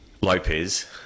Lopez